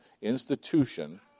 institution